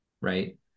right